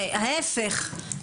להיפך,